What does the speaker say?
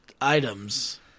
items